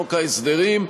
בחוק ההסדרים.